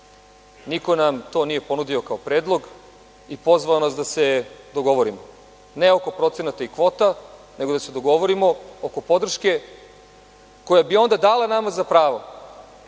Niko nam to nije ponudio kao predlog i pozvao nas da se dogovorimo. Ne oko procenata i kvota, nego da se dogovorimo oko podrške koja bi onda dala nama za pravo